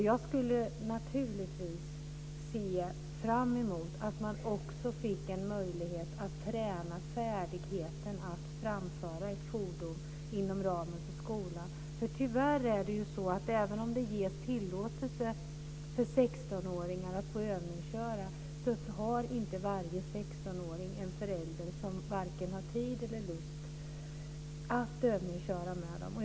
Jag skulle naturligtvis se fram emot att man också fick en möjlighet att träna färdigheten att framföra ett fordon inom ramen för skolan. Tyvärr är det ju så att även om det är tillåtet för 16-åringar att övningsköra, så har inte alla 16-åringar föräldrar som har tid eller lust att övningsköra med dem.